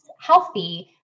healthy